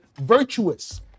virtuous